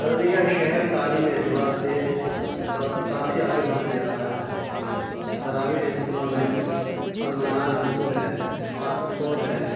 ارریہ شہر تعلیمی اعتبار سے اب کافی آگے بڑھتے جا رہا ہے پرائیویٹ اسکولوں میں المنار اسکول ہے آکسفورڈ ہے